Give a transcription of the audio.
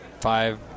five